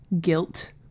guilt